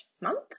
month